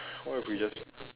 what if we just